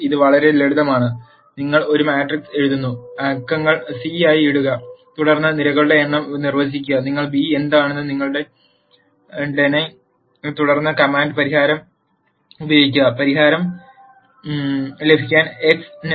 ഇത് വളരെ ലളിതമാണ് നിങ്ങൾ ഒരു മാട്രിക്സ് എഴുതുന്നു അക്കങ്ങൾ സി ആയി ഇടുക തുടർന്ന് നിരകളുടെ എണ്ണം നിർവചിക്കുക നിങ്ങൾ b എന്താണെന്ന് നിങ്ങൾ ഡെ നെ തുടർന്ന് കമാൻഡ് പരിഹാരം ഉപയോഗിക്കുക പരിഹാരം ലഭിക്കാൻ x ന്